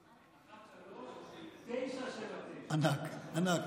979. ענק, ענק.